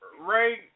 Ray